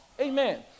Amen